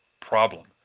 problem